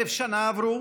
אלף שנים עברו